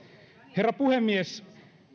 herra puhemies